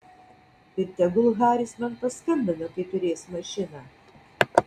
ir tegul haris man paskambina kai turės mašiną